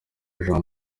jean